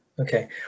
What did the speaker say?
Okay